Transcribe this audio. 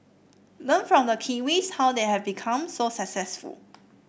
learn from the Kiwis how they have become so successful